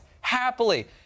happily